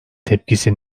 tepkisi